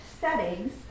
settings